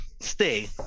Stay